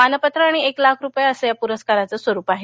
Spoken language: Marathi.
मानपत्र आणि एक लाख रुपये असं या पुरस्काराच स्वरूप आहे